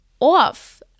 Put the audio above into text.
off